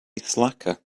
slacker